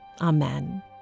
Amen